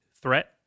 threat